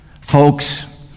Folks